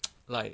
like